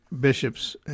bishops